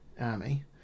army